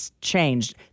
changed